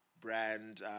brand